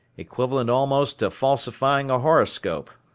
equivalent almost to falsifying a horoscope.